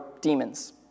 demons